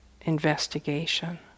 investigation